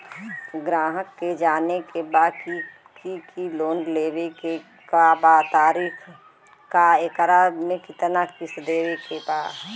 ग्राहक के जाने के बा की की लोन लेवे क का तरीका बा एकरा में कितना किस्त देवे के बा?